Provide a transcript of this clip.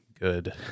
good